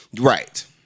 right